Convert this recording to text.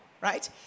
Right